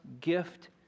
gift